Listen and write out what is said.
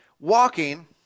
Walking